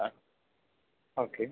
ആ ഓക്കെ